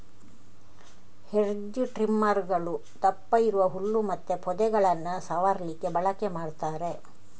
hedge ಟ್ರಿಮ್ಮರುಗಳು ದಪ್ಪ ಇರುವ ಹುಲ್ಲು ಮತ್ತೆ ಪೊದೆಗಳನ್ನ ಸವರ್ಲಿಕ್ಕೆ ಬಳಕೆ ಮಾಡ್ತಾರೆ